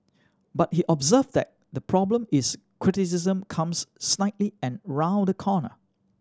but he observed that the problem is criticism comes snidely and round the corner